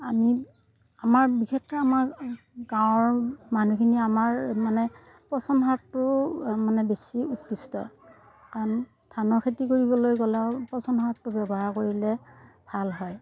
আমি আমাৰ বিশেষকে আমাৰ গাঁৱৰ মানুহখিনিয়ে আমাৰ মানে পচন সাৰটো মানে বেছি উৎকৃষ্ট কাৰণ ধানৰ খেতি কৰিবলৈ গ'লেও পচন সাৰটো ব্যৱহাৰ কৰিলে ভাল হয়